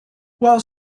while